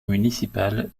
municipale